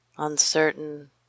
uncertain